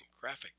graphic